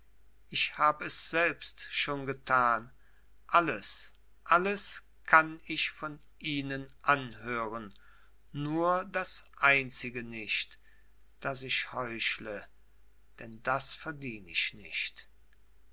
ich hab es selbst schon getan alles alles kann ich von ihnen anhören nur das einzige nicht daß ich heuchle denn das verdien ich nicht